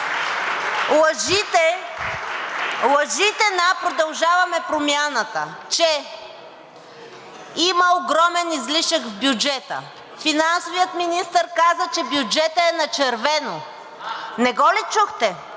лъжите на „Продължаваме Промяната“, че има огромен излишък в бюджета. Финансовият министър каза, че бюджетът е на червено. Не го ли чухте?